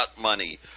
money